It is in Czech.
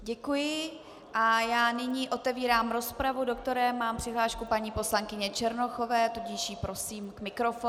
Děkuji a nyní otevírám rozpravu, do které mám přihlášku paní poslankyně Černochové, tudíž ji prosím k mikrofonu.